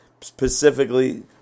Specifically